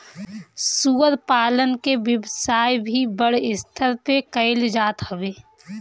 सूअर पालन के व्यवसाय भी बड़ स्तर पे कईल जात हवे